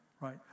right